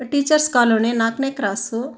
teachers colony ನಾಲ್ಕನೇ cross